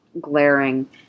glaring